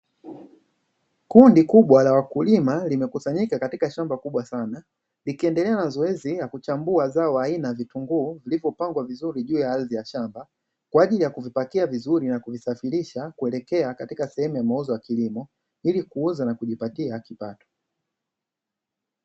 Kundi kubwa la wakulima limekusanyika katika shamba kubwa sana, likiendelea na zoezi la kuchambua zao aina ya vitunguu, lililopangwa vizuri juu ya ardhi ya shamba kwa ajili ya kuipakia vizuri na kuvisafirisha kuelekea katika sehemu ya mauzo ya kilimo, ili kuuza na kujipatia kipato.